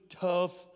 tough